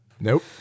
Nope